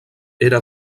era